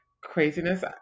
craziness